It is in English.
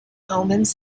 omens